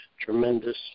tremendous